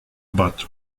but